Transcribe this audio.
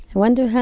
wonder,